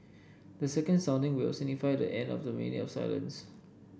the second sounding will signify the end of the minute of silence